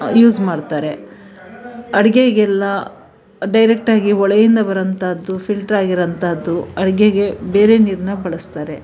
use ಮಾಡ್ತಾರೆ ಅಡುಗೆಗೆಲ್ಲ ಡೈರೆಕ್ಟಾಗಿ ಹೊಳೆಯಿಂದ ಬರುವಂಥದ್ದು ಫಿಲ್ಟ್ರಾಗಿರುವಂಥದ್ದು ಅಡುಗೆಗೆ ಬೇರೆ ನೀರನ್ನ ಬಳಸ್ತಾರೆ